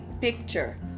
picture